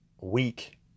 week